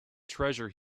treasure